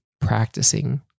practicing